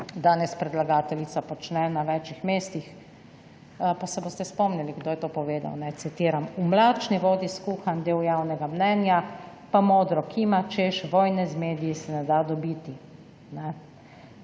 danes predlagateljica počne na več mestih, pa se boste spomnili, kdo je to povedal. Citiram: »V mlačni vodi skuhan del »javnega« mnenja pa modro kima, češ »vojne z mediji se ne da dobiti«.